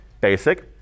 basic